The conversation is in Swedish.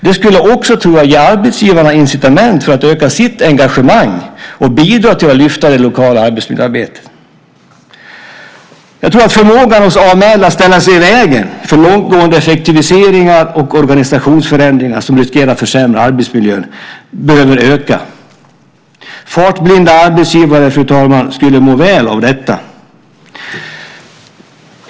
Det skulle också ge arbetsgivarna incitament för att öka sitt engagemang och bidra till att lyfta det lokala arbetsmiljöarbetet. Jag tror att förmågan hos AML att ställa sig i vägen för långtgående effektiviseringar och organisationsförändringar som riskerar att försämra arbetsmiljön behöver öka. Fartblinda arbetsgivare skulle må väl av detta, fru talman.